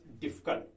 difficult